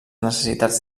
necessitats